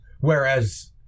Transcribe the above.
Whereas